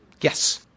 yes